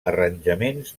arranjaments